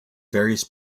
various